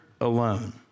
alone